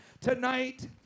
tonight